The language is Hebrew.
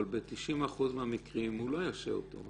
אבל ב-90% מהמקרים הוא לא ישעה אותו.